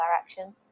direction